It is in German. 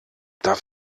darf